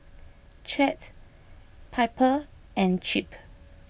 Chet Piper and Chip